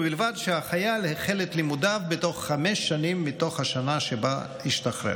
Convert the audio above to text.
ובלבד שהחייל החל את לימודיו בתוך חמש השנים מתוך השנה שבה השתחרר.